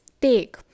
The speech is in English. take